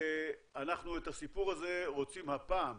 את הסיפור הזה אנחנו רוצים הפעם,